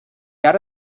ara